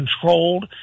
controlled